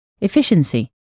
efficiency